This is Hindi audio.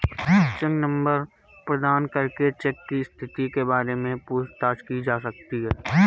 चेक नंबर प्रदान करके चेक की स्थिति के बारे में पूछताछ की जा सकती है